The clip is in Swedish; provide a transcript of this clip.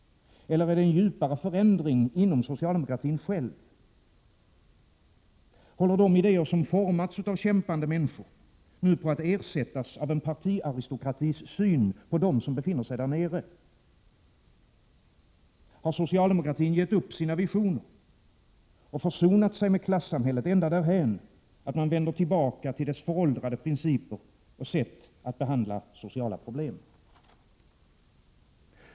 Eller är det en djupare förändring inom socialdemokratin själv? Håller de idéer som formats av kämpande människor nu på att ersättas av en partiaristokratis syn på dem som befinner sig där nere? Har socialdemokratin gett upp sina visioner och försonat sig med klassamhället ända därhän, att man vänder tillbaka till dess föråldrade principer och sätt att behandla sociala problem?